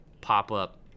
pop-up